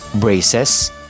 Braces